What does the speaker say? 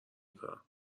کارم